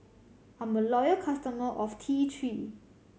I'm a loyal customer of T Three